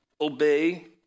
obey